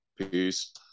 Peace